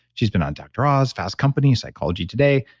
she's been on dr. oz, fast company psychology today,